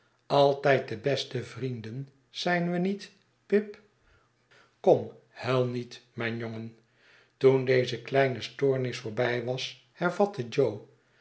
altijd de beste vrienden zijn we niet pip kom huil niet mijn jongen toen deze kleine stoornis voorbij was hervatte jo